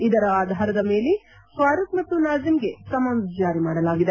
ಇದರ ಆಧಾರದ ಮೇಲೆ ಫಾರೂಖ್ ಮತ್ತು ನಸೀಮ್ಗೆ ಸಮನ್ಸ್ ಜಾರಿ ಮಾಡಲಾಗಿದೆ